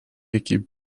iki